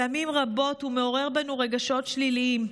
פעמים רבות הוא מעורר בנו רגשות שליליים,